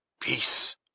Peace